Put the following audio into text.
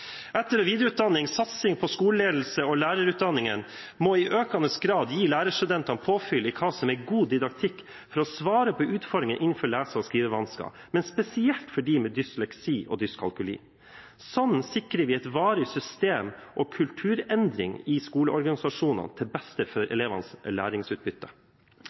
Etter- og videreutdanning, satsing på skoleledelse og lærerutdanningen må i økende grad gi lærerstudentene påfyll i hva som er god didaktikk for å svare på utfordringene innenfor lese- og skrivevansker, men spesielt for dem med dysleksi og dyskalkuli. Sånn sikrer vi et varig system og kulturendring i skoleorganisasjonene til beste for elevenes læringsutbytte.